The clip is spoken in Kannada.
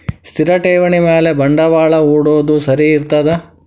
ಸ್ಥಿರ ಠೇವಣಿ ಮ್ಯಾಲೆ ಬಂಡವಾಳಾ ಹೂಡೋದು ಸರಿ ಇರ್ತದಾ?